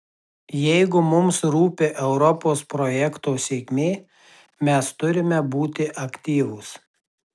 jeigu mums rūpi europos projekto sėkmė mes turime būti aktyvūs